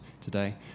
today